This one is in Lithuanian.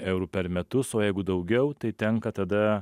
eurų per metus o jeigu daugiau tai tenka tada